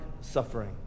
suffering